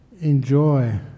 enjoy